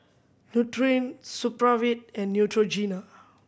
Nutren Supravit and Neutrogena